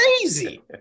crazy